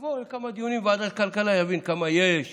יבואו לכמה דיונים בוועדת הכלכלה, יבינו כמה יש,